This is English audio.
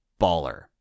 Baller